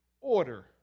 Order